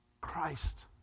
Christ